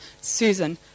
Susan